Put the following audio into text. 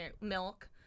milk